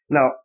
Now